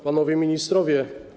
Panowie Ministrowie!